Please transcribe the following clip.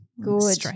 Good